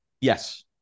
yes